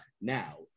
Now